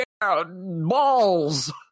balls